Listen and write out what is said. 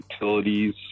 Utilities